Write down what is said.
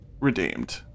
redeemed